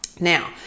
Now